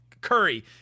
Curry